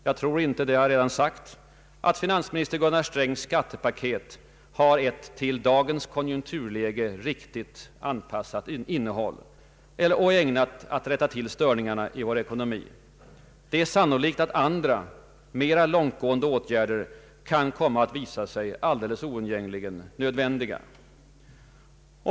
Jag tror inte — det har jag redan sagt — att finansminister Gunnar Strängs skattepaket har ett till dagens konjunkturläge riktigt anpassat innehåll och är ägnat att rätta till störningarna i vår ekonomi. Det är sannolikt att andra, mera långtgående åtgärder kan komma att visa sig oundgängligen nödvändiga.